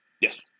Yes